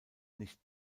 nicht